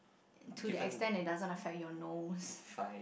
to the extend it doesn't affect your nose